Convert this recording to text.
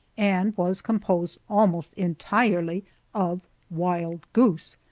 and was composed almost entirely of wild goose!